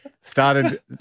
started